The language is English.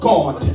God